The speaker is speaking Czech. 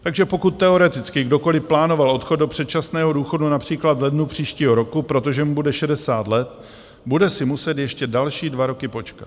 Takže pokud teoreticky kdokoliv plánoval odchod do předčasného důchodu například v lednu příštího roku, protože mu bude 60 let, bude si muset ještě další dva roky počkat.